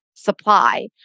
supply